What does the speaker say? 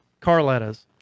Carlettas